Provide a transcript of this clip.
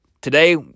Today